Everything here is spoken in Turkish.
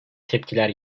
tepkiler